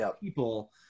people